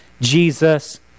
Jesus